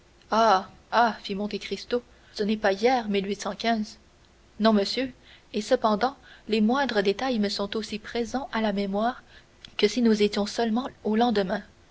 fit monte cristo ce n'est pas hier non monsieur et cependant les moindres détails me sont aussi présents à la mémoire que si nous étions seulement au lendemain